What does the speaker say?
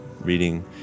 reading